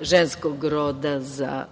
ženskog roda za označavanje